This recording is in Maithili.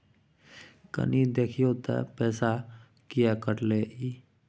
कनी देखियौ त पैसा किये कटले इ?